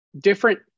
different –